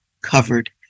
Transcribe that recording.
covered